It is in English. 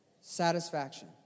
Satisfaction